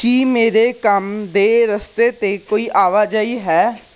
ਕੀ ਮੇਰੇ ਕੰਮ ਦੇ ਰਸਤੇ 'ਤੇ ਕੋਈ ਆਵਾਜਾਈ ਹੈ